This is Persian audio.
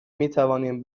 میتوانیم